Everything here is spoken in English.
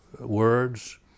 words